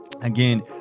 Again